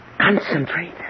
Concentrate